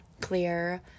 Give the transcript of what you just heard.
clear